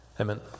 amen